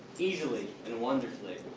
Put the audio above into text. easily and wonderfully.